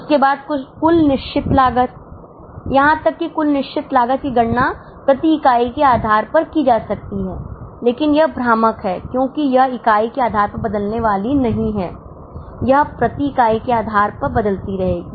उसके बाद कुल निश्चित लागत यहां तक कि कुल निश्चित लागत की गणना प्रति इकाई के आधार पर की जा सकती है लेकिन यह भ्रामक है क्योंकि यह इकाई के आधार पर बदलने वाली नहीं है यह प्रति इकाई के आधार पर बदलती रहेगी